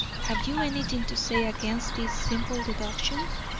have you anything to say against these simple deductions?